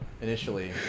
initially